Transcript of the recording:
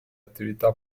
attività